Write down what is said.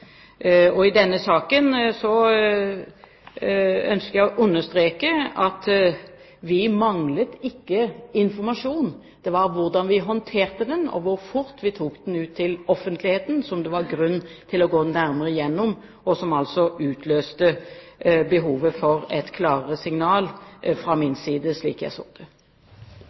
manglet informasjon. Det var hvordan vi håndterte den, og hvor fort vi tok den ut til offentligheten, som det var grunn til å gå nærmere gjennom, og som altså utløste behovet for et klarere signal fra min side, slik jeg så det.